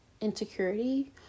insecurity